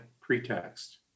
pretext